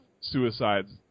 suicides